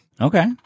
Okay